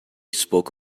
spoke